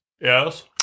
yes